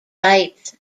rights